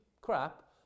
crap